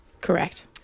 Correct